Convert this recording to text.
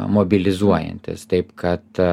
mobilizuojantis taip kad